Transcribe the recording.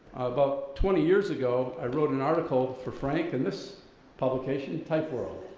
about twenty years ago i wrote an article for frank, and this publication type world,